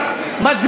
הדו-שנתי, הוא הבעיה.